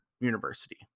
university